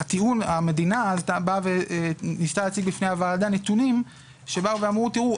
המדינה אז באה וניסתה להציג בפני הוועדה נתונים שבאו ואמרו: תראו,